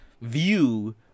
view